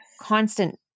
constant